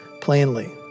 plainly